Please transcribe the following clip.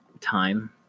Time